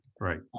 Right